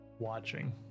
watching